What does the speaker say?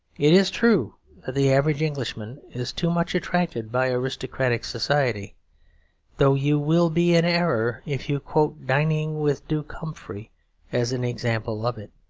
it is true that the average englishman is too much attracted by aristocratic society though you will be in error if you quote dining with duke humphrey as an example of it.